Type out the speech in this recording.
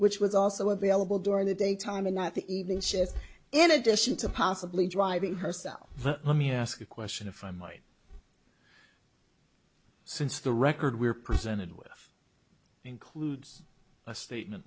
which was also available during the daytime and not the evening shift in addition to possibly driving herself but let me ask a question if i might since the record we are presented with includes a statement